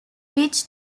which